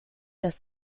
das